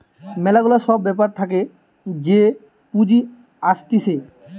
ম্যালা গুলা সব ব্যাপার থাকে যে পুঁজি আসতিছে